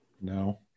No